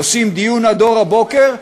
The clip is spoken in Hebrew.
ועושים דיון עד אור הבוקר,